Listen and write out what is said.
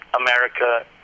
America